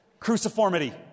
Cruciformity